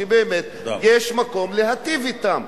שבאמת יש מקום להיטיב אתם,